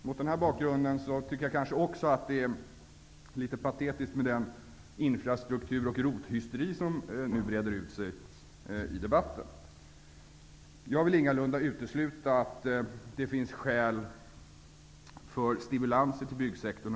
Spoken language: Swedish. Mot denna bakgrund är det litet patetiskt med den infrastruktur och ROT-hysteri som nu breder ut sig i debatten. Jag vill ingalunda utesluta att det under de år som kommer finns skäl för stimulanser till byggsektorn.